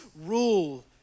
rule